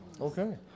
Okay